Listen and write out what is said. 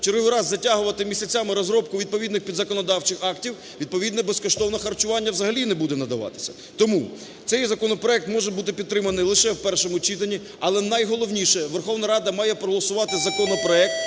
черговий раз затягувати місяцями розробку відповідних підзаконодавчих актів, відповідно безкоштовного харчування взагалі не буде надаватися. Тому цей законопроект може бути підтриманий лише в першому читання. Але найголовніше, Верховна Рада має проголосувати законопроект,